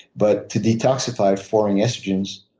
but to detoxify foreign estrogens,